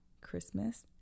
Christmas